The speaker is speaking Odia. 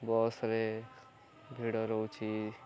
ବସ୍ରେ ଭିଡ଼ ରହୁଛି